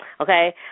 Okay